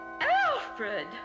Alfred